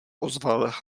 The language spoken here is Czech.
ozval